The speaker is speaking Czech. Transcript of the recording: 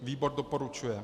Výbor doporučuje.